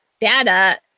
data